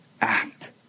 act